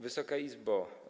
Wysoka Izbo!